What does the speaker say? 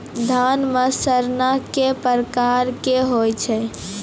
धान म सड़ना कै प्रकार के होय छै?